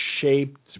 shaped